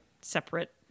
separate